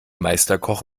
meisterkoch